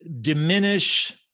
diminish